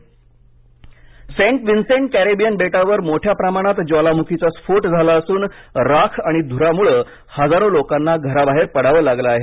ज्वालामखी Saint Vincent Caribbean बेटावर मोठ्या प्रमाणात ज्वालामुखीचा स्फोट झाला असून राख आणि धुरामुळे हजारो लोकांना घराबाहेर पडावं लागलं आहे